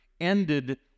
ended